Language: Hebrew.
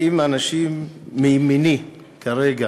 האם האנשים מימיני כרגע